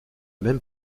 même